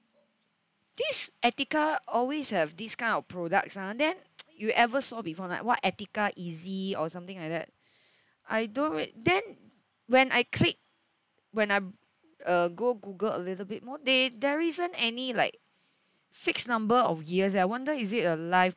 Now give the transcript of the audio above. this Etiqa always have this kind of products ah then you ever saw before or not what Etiqa easy or something like that I don't re~ then when I click when I uh go google a little bit more they there isn't any like fixed number of years eh I wonder is it a life